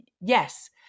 yes